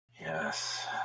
Yes